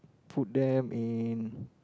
put them in